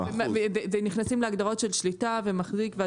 ונכנסים להגדרות של שליטה ומחזיק.